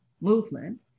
movement